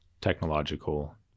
technological